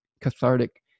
cathartic